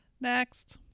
Next